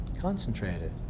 concentrated